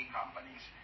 companies